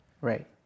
Right